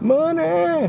Money